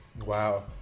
Wow